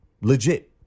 Legit